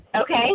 Okay